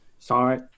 Sorry